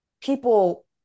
people